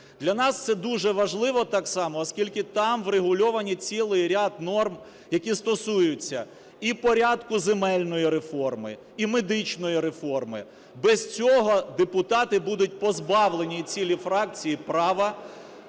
Для нас це дуже важливо так само, оскільки там врегульовані цілий ряд норм, які стосуються і порядку земельної реформи, і медичної реформи. Без цього депутати будуть позбавлені, і цілі фракції, права